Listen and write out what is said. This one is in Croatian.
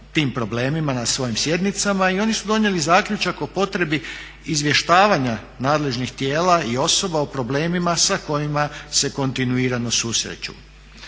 na svojim sjednicama i oni su donijeli zaključak o potrebi izvještavanja nadležnih tijela i osoba o problemima sa kojima se kontinuirano susreću.